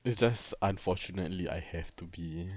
it's just unfortunately I have to be